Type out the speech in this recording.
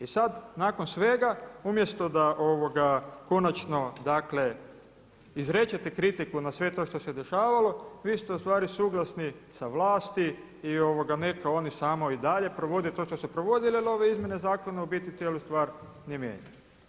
I sad nakon svega umjesto da konačno dakle izrečete kritiku na sve to što se dešavalo vi ste ustvari suglasni sa vlasti i neka oni samo i dalje provode to što su provodili jer ove izmjene zakona u biti cijelu stvar ne mijenjaju.